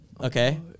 okay